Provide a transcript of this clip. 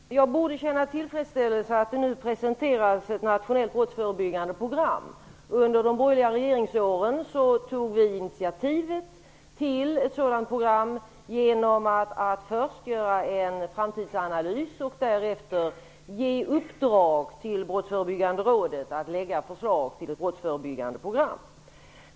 Herr talman! Jag borde känna tillfredsställelse över att det nu presenteras ett nationellt brottsförebyggande program. Under de borgerliga regeringsåren tog vi initiativet till ett sådant program genom att först göra en framtidsanalys och därefter ge i uppdrag till Brottsförebyggande rådet att lägga fram förslag till ett brottsförebyggande program.